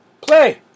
play